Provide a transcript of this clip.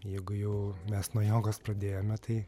jeigu jau mes nuo jogos pradėjome tai